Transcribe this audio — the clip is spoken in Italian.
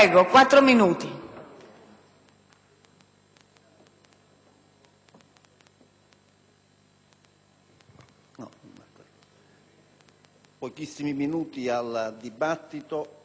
pochissimi minuti al dibattito esclusivamente per parlare